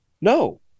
No